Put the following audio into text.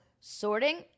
sorting